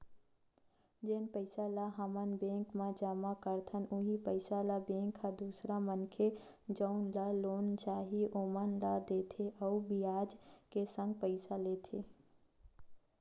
जेन पइसा ल हमन बेंक म जमा करथन उहीं पइसा ल बेंक ह दूसर मनखे जउन ल लोन चाही ओमन ला देथे अउ बियाज के संग पइसा लेथे